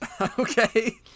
okay